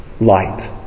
light